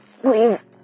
please